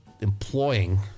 employing